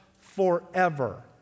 forever